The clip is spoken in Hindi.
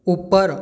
ऊपर